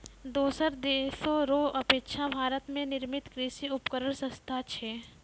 दोसर देशो रो अपेक्षा भारत मे निर्मित कृर्षि उपकरण सस्ता छै